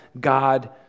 God